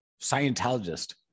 scientologist